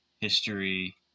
history